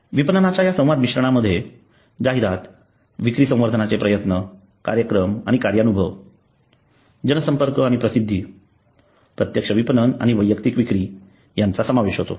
विपणनाच्या या संवाद मिश्रणामध्ये जाहिरात विक्री संवर्धनाचे प्रयत्न कार्यक्रम आणि कार्यानुभव जनसंपर्क आणि प्रसिद्धी प्रत्यक्ष विपणन आणि वैयक्तिक विक्री यांचा समावेश होतो